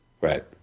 Right